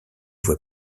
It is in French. voie